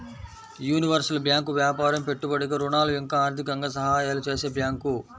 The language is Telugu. యూనివర్సల్ బ్యాంకు వ్యాపారం పెట్టుబడికి ఋణాలు ఇంకా ఆర్థికంగా సహాయాలు చేసే బ్యాంకు